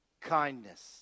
Kindness